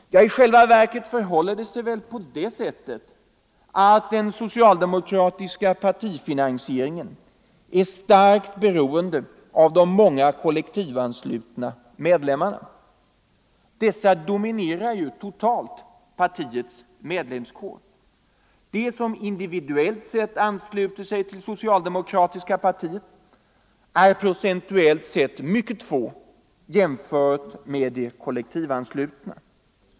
Ja, i själva verket förhåller det sig så att den socialdemokratiska partifinansieringen är starkt beroende av de många kollektivanslutna medlemmarna. Dessa dominerar totalt partiets medlemskår. De som individuellt anslutit sig till SAP är procentuellt sett mycket få jämfört med de kollektivanslutna.